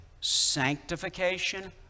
sanctification